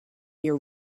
your